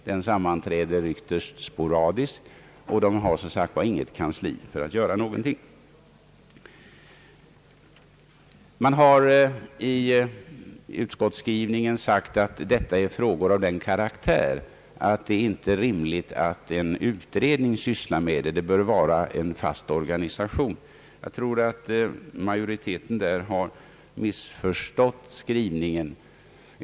Den sammanträder ytterst sporadiskt och har som sagt inte något sådant kansli att någonting kan göras. Det har i utskottsskrivningen sagts att denna fråga är av den karaktären, att det inte är rimligt att den blir föremål för en utredning utan att det bör vara en fast organisation. Jag tror att majoriteten har missförstått vad som anförts i motionerna.